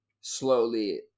slowly